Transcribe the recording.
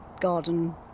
garden